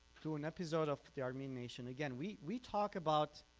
to an episode of the armenian nation. again we we talk about